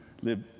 live